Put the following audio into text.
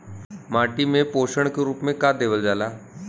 माटी में पोषण के रूप में का देवल जाला?